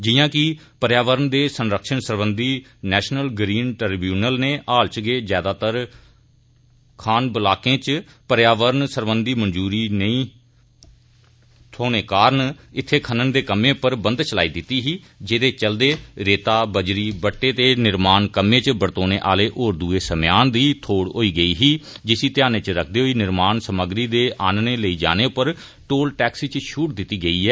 जियां कि हाल च गै पर्यावरण दे संरक्षण सरबंधी नैषनल ग्रीन ट्रीबूनल नै हाल च गै ज्यादातर खान ब्लाकें च पर्यावरण सरबंधी मंजूरी नेई थ्होई दी होने कारण इत्थें खनन दे कम्मै पर बंदष लाई दित्ती ही जेहदे चलदे रेता बजरी बट्टे ते निर्माण कम्में च बरतोने आले होर दुए समेयान दी थोड़ होई गेदी ही जिसी ध्यानै च रखदे होई निर्माण समग्री दे आन्नने लेई जाने पर टोल टैक्स च छूट दित्ती गेई ऐ